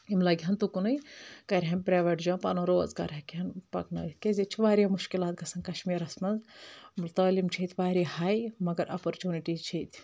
یِم لگہٕ ہن تُکُن کرٕہن پریویٹ جاب پَنُن روزگار ہیٚکہٕ ہن پکنٲیِتھ کیازِ ییٚتہِ چھِ واریاہ مُشکِلات گژھان کشمیٖرَس منٛز تعلیٖم چھِ ییٚتہِ واریاہ ہاے مگر اپرچوٗنِٹیٖز چھِ ییٚتہِ